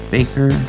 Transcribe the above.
Baker